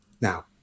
Now